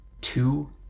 two